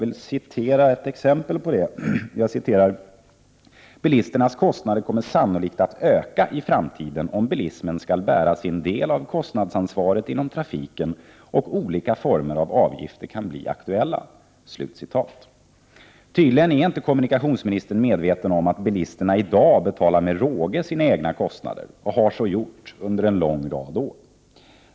1988/89:118 vill citera ett exempel på det: 22 maj 1989 ”Bilisternas kostnader kommer sannolikt att öka i framtiden om bilismen skall bära sin del av kostnadsansvaret inom trafiken, och olika former av avgifter kan bli aktuella.” Tydligen är kommunikationsministern inte medveten om att bilisterna i dag med råga betalar sina egna kostnader, och har så gjort under en lång rad år.